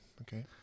Okay